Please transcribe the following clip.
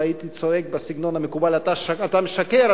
הייתי צועק בסגנון המקובל: אתה משקר,